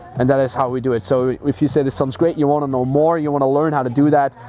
and that is how we do it. so if you say that sounds great, you wanna know more, you wanna learn how to do that,